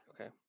Okay